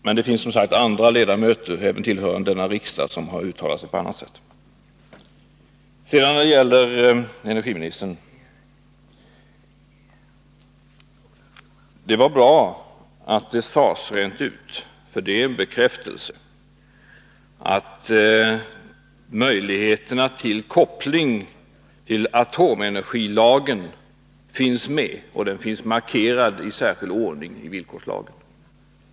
Fru talman! Det gläder mig självfallet att Lennart Blom och, förmodar jag, hans parti — det finns nämligen litet divergerande meningar som har kommit till uttryck i massmedia — står fast vid folkomröstningens resultat och det därav följande riksdagsbeslutet och är beredda att följa det. Om sanningen skall fram var avsikten att få en sådan deklaration från herr Bloms sida. Men det finns som sagt andra m-ledamöter, också de tillhörande denna riksdag, som uttalat sig på annat sätt. Sedan vänder jag mig till energiministern. Det var bra att det sades rent ut, för det är en bekräftelse, att möjligheter till koppling till atomenergilagen finns och att de finns markerade i särskild ordning i villkorslagen.